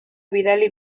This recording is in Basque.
bidali